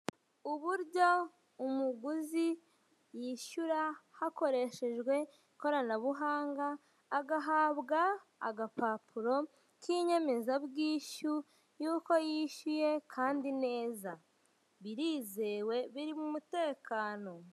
Uburyo umuguzi yishyura hakoreshejwe ikoranabuhanga agahabwa agapapuro kinyemezabwishyu yuko yishyuye kandi neza birizewe biri mu mutekano.